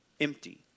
Empty